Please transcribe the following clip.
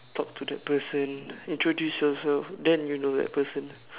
talk to the person introduce yourself then you know that person